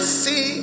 see